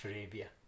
Arabia